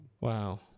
Wow